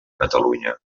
catalunya